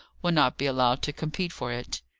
will not be allowed to compete for it?